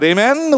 Amen